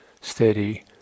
steady